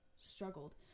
struggled